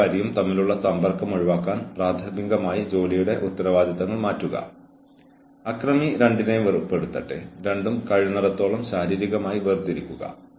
അതിനാൽ ഒരു തെറ്റ് സംഭവിക്കുമ്പോൾ എപ്പോൾ വേണമെങ്കിലും നിങ്ങൾക്കും ജീവനക്കാരനും ഈ ലിസ്റ്റ് നിങ്ങളുടെ റഫറൻസിനായി ഉപയോഗിക്കാം